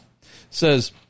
says